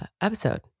episode